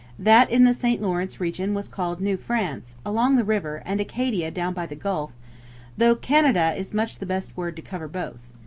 that in the st lawrence region was called new france along the river and acadia down by the gulf though canada is much the best word to cover both.